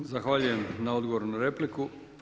Zahvaljujem na odgovoru na repliku.